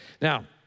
Now